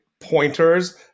Pointers